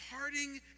parting